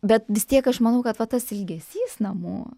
bet vis tiek aš manau kad va tas ilgesys namų